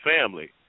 family